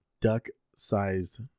duck-sized